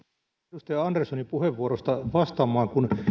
edustaja anderssonin puheenvuorosta vastaamaan kun